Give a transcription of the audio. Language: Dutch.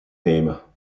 nemen